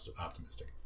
optimistic